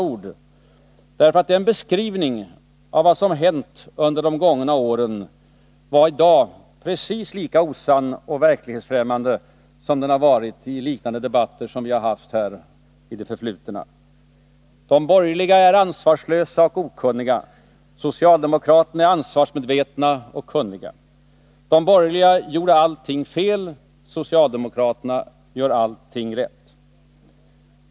Hans beskrivning av vad som hänt under de gångna åren var ju i dag precis lika osann och verklighetsfrämmande som den har varit i liknande debatter som vi har haft här i det förflutna: De borgerliga är ansvarslösa och okunniga. Socialdemokraterna är ansvarsmedvetna och kunniga. De borgerliga gör allting fel. Socialdemokraterna gör allting rätt.